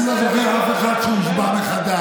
אני לא זוכר אף אחד שהוצבע מחדש.